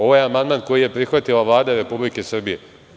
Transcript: Ovo je amandman koji je prihvatila Vlada Republike Srbije.